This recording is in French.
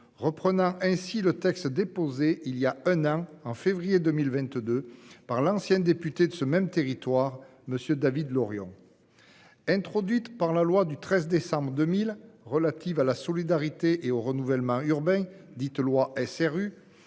reprend ainsi le texte déposé voilà un an, en février 2022, par l'ancien député de ce même territoire, M. David Lorion. Introduite par la loi du 13 décembre 2000 relative à la solidarité et au renouvellement urbains, dite SRU,